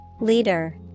Leader